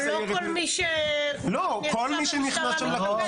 אבל לא כל מי שנרשם למשטרה מתקבל,